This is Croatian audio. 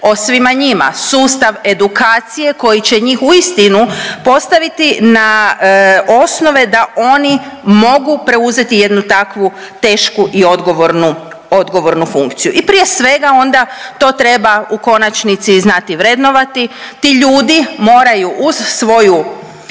o svima njima, sustav edukacije koji će njih uistinu postaviti na osnove da oni mogu preuzeti jednu takvu tešku i odgovornu, odgovornu funkciju i prije svega onda to treba u konačnici znati i vrednovati. Ti ljudi moraju uz svoju